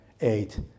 eight